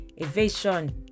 evasion